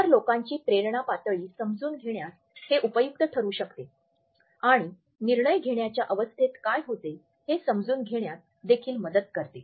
इतर लोकांची प्रेरणा पातळी समजून घेण्यास हे उपयुक्त ठरू शकते आणि निर्णय घेण्याच्या अवस्थेत काय होते हे समजून घेण्यात देखील मदत करते